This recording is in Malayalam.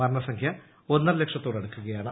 മരണസംഖ്യ ഒന്നര ലക്ഷത്തോടടുക്കുകയാണ്